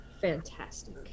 Fantastic